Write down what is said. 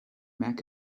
mac